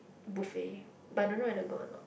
buffet but I don't know whether got or not